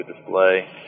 display